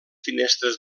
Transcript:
finestres